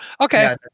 Okay